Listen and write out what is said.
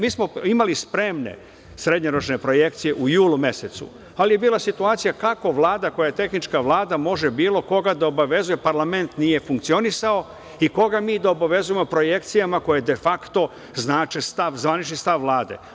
Mi smo imali spremne srednjoročne projekcije u julu mesecu, ali je bila situacija kako Vlada koja je tehnička Vlada može bilo koga da obavezuje, parlament nije funkcionisao i koga mi da obavezujemo projekcijama koje de fakto znače zvanični stav Vlade?